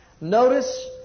Notice